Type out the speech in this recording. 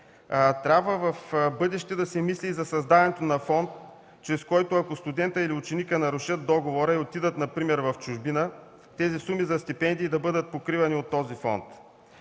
Трябва в бъдеще да се мисли и за създаването на фонд, чрез който ако студентът или ученикът нарушат договора и отидат, например в чужбина, сумите за стипендии да бъдат покривани от този фонд.